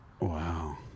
Wow